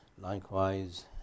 likewise